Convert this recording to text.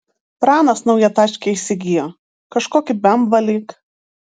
pranas naują tačkę įsigijo kažkokį bemvą lyg